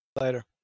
later